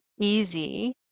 easy